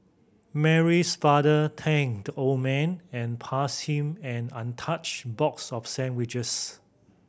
Mary's father thanked the old man and passed him an untouched box of sandwiches